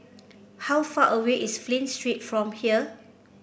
how far away is Flint Street from here